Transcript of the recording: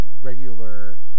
regular